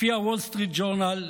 לפי הוול סטריט ג'ורנל,